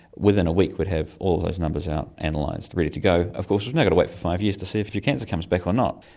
within a week we'd have all those numbers out, and like analysed, ready to go. of course we've now got to wait for five years to see if if your cancer comes back or not.